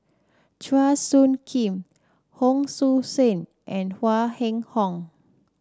Chua Soo Khim Hon Sui Sen and Huang Wenhong